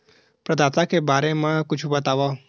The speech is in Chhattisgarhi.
प्रदाता के बारे मा कुछु बतावव?